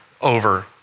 over